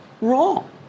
Wrong